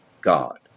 God